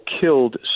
killed